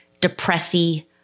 depressy